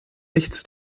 nichts